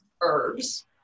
herbs